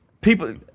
people